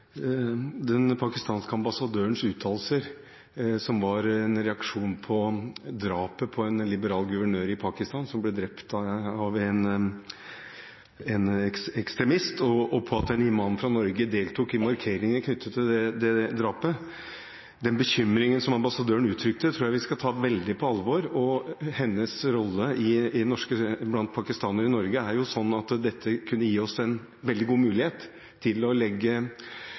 Den pakistanske ambassadørens uttalelser var en reaksjon på at en imam fra Norge deltok i markeringer knyttet til drapet på en liberal guvernør i Pakistan som ble drept av en ekstremist. Den bekymringen som ambassadøren uttrykte, tror jeg vi skal ta veldig på alvor, og hennes rolle blant pakistanere i Norge er jo sånn at dette kunne gi oss en veldig god mulighet til å legge